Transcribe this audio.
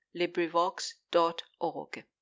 LibriVox.org